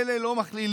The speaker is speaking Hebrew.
אלה לא מכלילים,